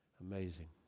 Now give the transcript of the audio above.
Amazing